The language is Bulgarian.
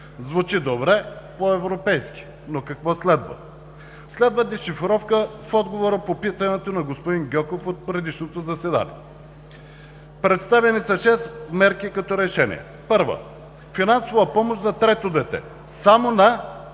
Звучи добре по европейски, но какво следва? Следва дешифровка в отговора по питането на господин Гьоков от предишното заседание. Представени са шест мерки като решение: Първа – финансова помощ за трето дете само на